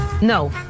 No